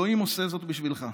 אלוהים עושה זאת בשבילך,